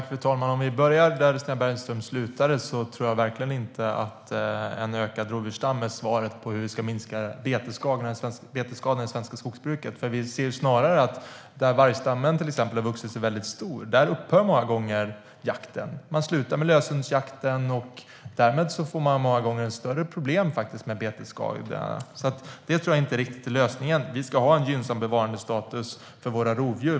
Fru talman! Om vi börjar där Stina Bergström slutade tror jag verkligen inte att en ökad rovdjursstam är svaret på hur vi ska minska betesskadorna i det svenska skogsbruket. Vi ser snarare att där vargstammen till exempel har vuxit sig väldigt stor upphör många gånger jakten. Man slutar med löshundsjakten. Därmed får man många gånger ett större problem med betesskadorna. Det tror jag inte riktigt är lösningen. Vi ska ha en gynnsam bevarandestatus för våra rovdjur.